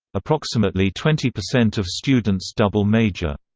approximately twenty percent of students double-major.